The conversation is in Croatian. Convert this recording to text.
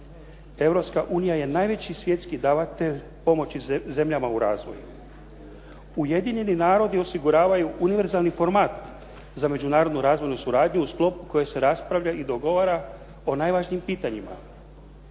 Europska unija je najveći svjetski davatelj pomoći zemljama u razvoju. Ujedinjeni narodi osiguravaju univerzalni format za međunarodnu razvojnu suradnju u sklopu koje se raspravlja i dogovara o najvažnijim pitanjima.